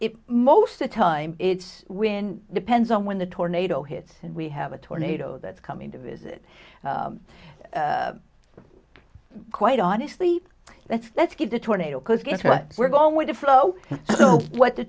it most the time it's when depends on when the tornado hits and we have a tornado that's coming to visit quite honestly let's let's give the tornado because guess what we're going with the flow so what the